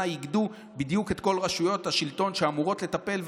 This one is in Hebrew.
בדיוק את כל רשויות השלטון שאמורות לטפל,